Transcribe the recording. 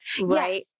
Right